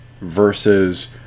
versus